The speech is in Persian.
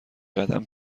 قدم